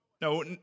No